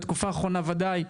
בתקופה האחרונה וודאי,